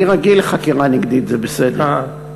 אני רגיל לחקירה נגדית, זה בסדר.